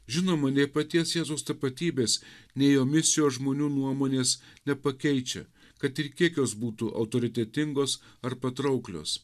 žinoma nei paties jėzaus tapatybės nei jo misijos žmonių nuomonės nepakeičia kad ir kiek jos būtų autoritetingos ar patrauklios